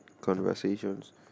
conversations